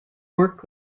worked